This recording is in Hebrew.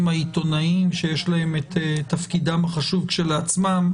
העיתונאיים שיש להם את תפקידם החשוב כשלעצמם,